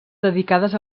dedicades